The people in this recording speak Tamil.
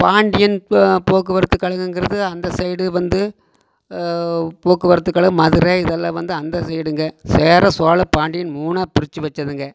பாண்டியன் போக்குவரத்து கழகங்கிறது அந்த சைடு வந்து போக்குவரத்து கழகம் மதுரை இதெல்லாம் வந்து அந்த சைடுங்க சேர சோழ பாண்டியன் மூனாக பிரிச்சு வச்சதுங்க